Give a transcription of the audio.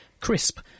crisp